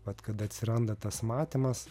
vat kada atsiranda tas matymas